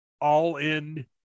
all-in